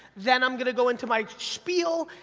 then i'm gonna go into my spiel,